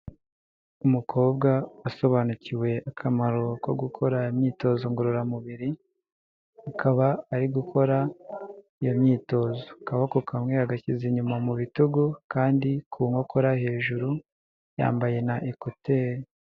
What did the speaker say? Umukobwa wasobanukiwe akamaro ko gukora imyitozo ngororamubiri, akaba ari gukora iyo myitozo, akaboko kamwe yagashyize inyuma mu bitugu akandi ku nkokora hejuru yambaye na ekute.